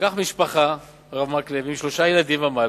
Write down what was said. כך משפחה, הרב מקלב, עם שלושה ילדים ומעלה,